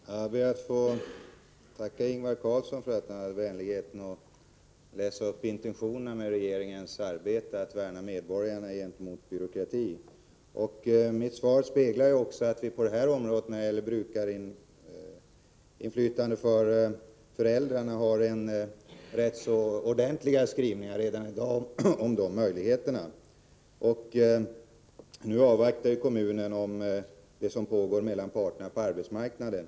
Herr talman! Jag ber att få tacka Ingvar Karlsson i Bengtsfors för att han hade vänligheten att läsa upp intentionerna när det gäller regeringens arbete att värna medborgarna gentemot byråkratin. Mitt svar speglar också att vi på detta område, som gäller möjligheterna till brukarinflytande för föräldrarna, har ganska ordentliga skrivningar redan i dag. Nu avvaktar kommunen det som pågår mellan parterna på arbetsmarknaden.